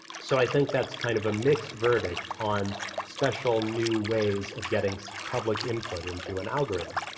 so, i think that's kind of a mixed verdict on special new ways of getting so public input into an algorithm.